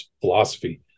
philosophy